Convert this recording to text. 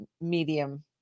medium